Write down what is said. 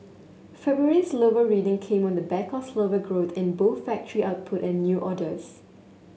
February's lower reading came on the back of slower growth in both factory output and new orders